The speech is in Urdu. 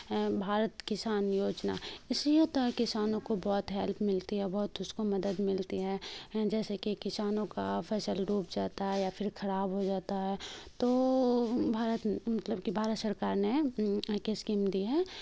بھارت کسان یوجنا اسی لیے تو کسانوں کو بہت ہیلپ ملتی ہے بہت اس کو مدد ملتی ہے جیسے کہ کسانوں کا فصل ڈوب جاتا ہے یا پھر خراب ہو جاتا ہے تو بھارت مطلب کہ بھارت سرکار نے ایک اسکیم دی ہے